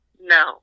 No